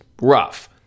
rough